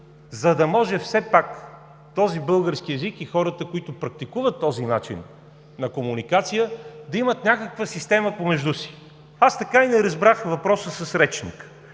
за да може все пак този български език и хората, които практикуват този начин на комуникация, да имат някаква система помежду си. Аз така и не разбрах въпроса с речника.